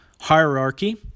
hierarchy